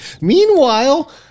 Meanwhile